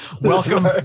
Welcome